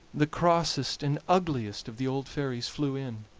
the crossest and ugliest of the old fairies flew in.